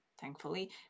Thankfully